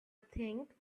think